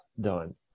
done